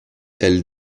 elle